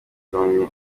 ukamenya